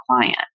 client